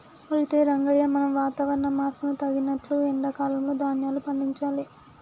అయితే రంగయ్య మనం వాతావరణ మార్పును తగినట్లు ఎండా కాలంలో ధాన్యాలు పండించాలి